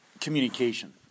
communication